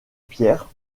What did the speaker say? pierre